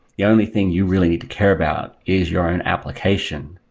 the only thing you really need to care about is your own application.